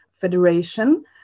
Federation